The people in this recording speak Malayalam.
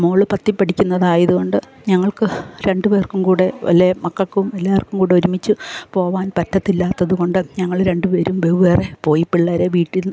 മോള് പത്തിൽ പഠിക്കുന്നതായത് കൊണ്ട് ഞങ്ങൾക്ക് രണ്ട് പേർക്കും കൂടെ അല്ലെ മക്കൾക്കും എല്ലാവർക്കും കൂടെ ഒരുമിച്ച് പോവാൻ പറ്റത്തില്ലാത്തത് കൊണ്ട് ഞങ്ങള് രണ്ട് പേരും വെവേറെ പോയി പിള്ളേരെ വീട്ടിൽ